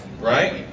right